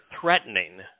threatening